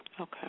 Okay